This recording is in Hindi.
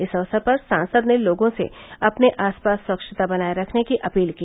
इस अवसर पर सांसद ने लोगों से अपने आसपास स्वच्छता बनाये रखने की अपील की